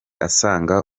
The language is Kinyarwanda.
asanga